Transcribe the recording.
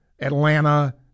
Atlanta